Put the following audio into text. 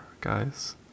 guys